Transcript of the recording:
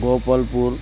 Gopal poor